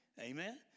Amen